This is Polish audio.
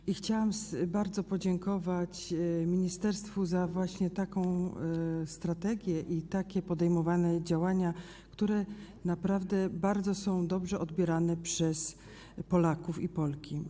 I chciałam bardzo podziękować ministerstwu za właśnie taką strategię i za podejmowane działania, które naprawdę są bardzo dobrze odbierane przez Polaków i Polki.